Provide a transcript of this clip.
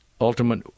ultimate